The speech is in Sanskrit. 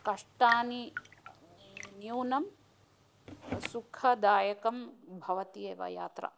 कष्टानि न्यूनं सुखदायकं भवति एव यात्रा